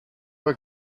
were